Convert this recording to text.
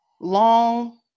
long